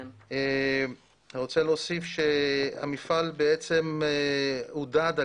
אני רוצה להוסיף ולומר שהמפעל עודד על